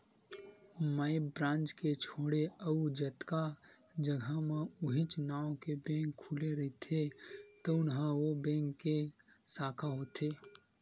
माई branch के छोड़े अउ जतका जघा म उहींच नांव के बेंक खुले रहिथे तउन ह ओ बेंक के साखा होथे